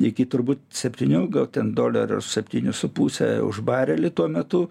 iki turbūt septynių gal ten dolerių ar septynių su puse už barelį tuo metu